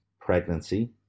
pregnancy